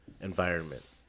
environment